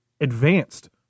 advanced